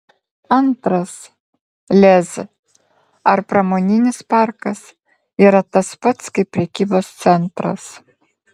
antras lez ar pramoninis parkas yra tas pats kaip prekybos centras